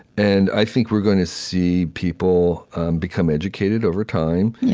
and i think we're going to see people become educated over time, yeah